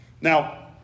Now